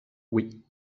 oui